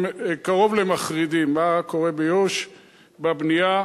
הם קרוב למחרידים, מה קורה ביו"ש בבנייה,